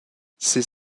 ses